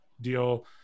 deal